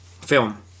film